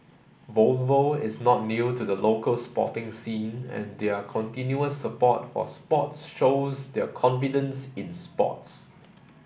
Volvo is not new to the local sporting scene and their continuous support for sports shows their confidence in sports